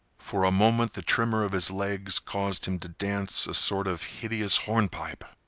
for a moment the tremor of his legs caused him to dance a sort of hideous hornpipe.